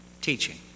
teaching